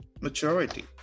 maturity